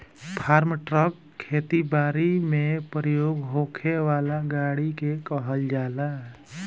form truck खेती बारी में प्रयोग होखे वाला गाड़ी के कहल जाला